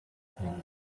knee